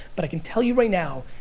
but i can tell you right now,